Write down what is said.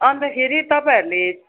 अन्तखेरि तपाईँहरूले